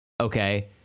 okay